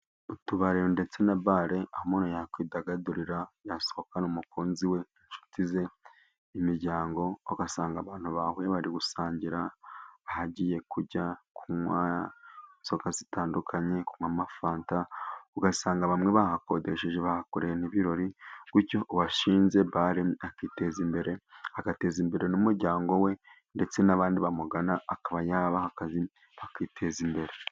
utubare ndetse na bale aho amuntu yakwidagadurira, yasohokana n'umukunzi we, inshuti ze, imiryango ugasanga abantu bahuye bari gusangira, bagiye kurya kunywa inzoga zitandukanye, kunywa amafanta, ugasanga bamwe bahakodesheje bahakoreye n'ibirori, gutyo uwashinze bare akiteza imbere, agateza imbere n'umuryango we, ndetse n'abandi bamugana. Akaba yabaha akazi bakiteza imbere.